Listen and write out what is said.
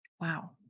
Wow